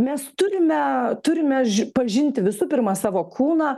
mes turime turime pažinti visų pirma savo kūną